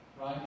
right